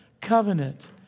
covenant